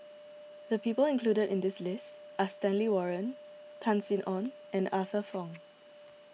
the people included in the list are Stanley Warren Tan Sin Aun and Arthur Fong